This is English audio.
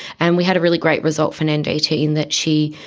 and we had a really great result for nandita in that she,